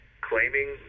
claiming